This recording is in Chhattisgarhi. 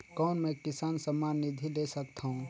कौन मै किसान सम्मान निधि ले सकथौं?